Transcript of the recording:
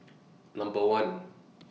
Number one